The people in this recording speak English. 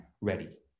ready